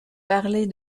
parler